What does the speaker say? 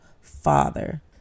father